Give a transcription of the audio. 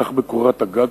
כך בקורת-הגג,